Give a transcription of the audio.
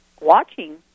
watching